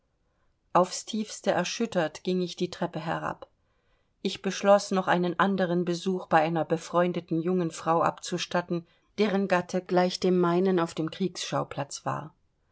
aufs tiefste erschüttert ging ich die treppe herab ich beschloß noch einen anderen besuch bei einer befreundeten jungen frau abzustatten deren gatte gleich dem meinen auf dem kriegsschauplatz war